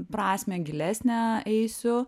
prasmę gilesnę eisiu